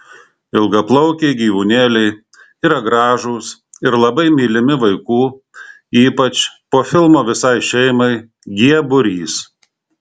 ilgaplaukiai gyvūnėliai yra gražūs ir labai mylimi vaikų ypač po filmo visai šeimai g būrys